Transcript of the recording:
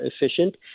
efficient